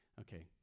Okay